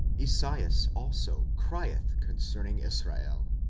esaias also crieth concerning israel,